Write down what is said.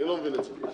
אני לא מבין את זה.